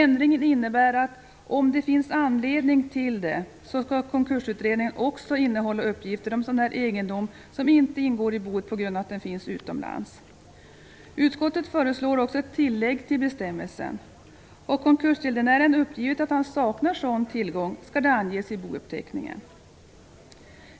Ändringen innebär att "om det finns anledning" till det skall konkursutredningen också innehålla uppgifter om egendom som inte ingår i boet på grund av att den finns utomlands. Utskottet föreslår också ett tillägg till bestämmelsen: Har konkursgäldenären uppgivit att han saknar sådan tillgång, skall detta anges i bouppteckningen.